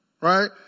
Right